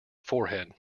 forehead